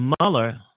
Mueller